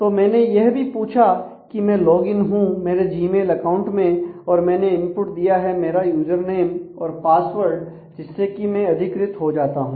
तो मैंने यह भी पूछा कि मैं लॉगइन हूं मेरे जीमेल अकाउंट में और मैंने इनपुट दिया है मेरा यूजर नेम और पासवर्ड जिससे मैं अधिकृत हो जाता हूं